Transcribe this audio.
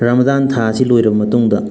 Ramadan ꯊꯥ ꯑꯁꯤ ꯂꯣꯏꯔꯕ ꯃꯇꯨꯡꯗ